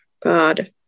god